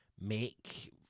make